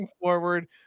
forward